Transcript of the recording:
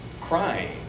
crying